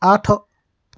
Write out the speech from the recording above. ଆଠ